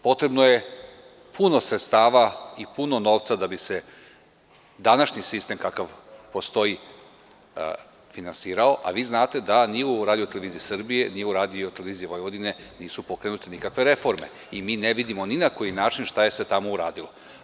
Potrebno je puno sredstava i puno novca da bi se današnji sistem kakav postoji finansirao, a vi znate da ni u RTS, ni u RTV nisu pokrenute nikakve reforme i mi ne vidimo ni na koji način šta se tamo uradilo.